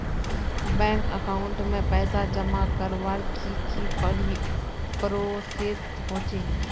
Bank account में पैसा जमा करवार की की प्रोसेस होचे?